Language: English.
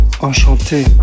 Enchanté